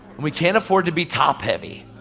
we can't afford to be top heavy.